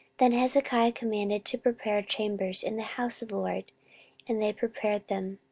then hezekiah commanded to prepare chambers in the house of the lord and they prepared them,